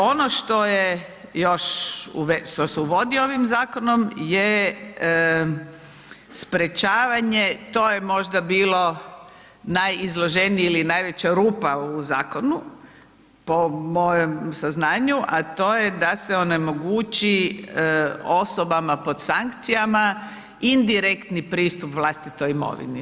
Ono što je još, što se uvodi ovim zakonom je sprječavanje, to je možda bilo najizloženiji ili najveća rupa u zakonu po mojem saznanju a to je da se onemogući osobama pod sankcijama indirektni pristup vlastitoj imovini.